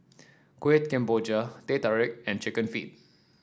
Kueh Kemboja Teh Tarik and chicken feet